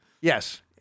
Yes